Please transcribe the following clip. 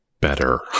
better